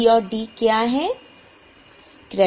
C और D क्या है